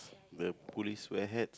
the police wear hats